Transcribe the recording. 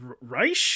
Reich